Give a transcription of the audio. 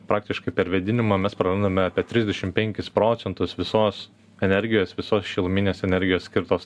praktiškai per vėdinimą mes prarandame apie trisdešim penkis procentus visos energijos visos šiluminės energijos skirtos